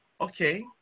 Okay